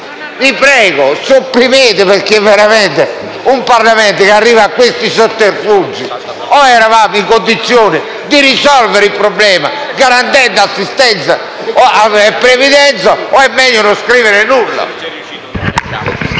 Vi prego, sopprimete la lettera *i)* perché un Parlamento non può arrivare a questi sotterfugi. O eravamo in condizione di risolvere il problema garantendo assistenza e previdenza o è meglio non scrivere nulla.